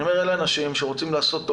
אני אומר אלה אנשים שרוצים לעשות טוב